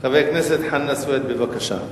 חבר הכנסת חנא סוייד, בבקשה.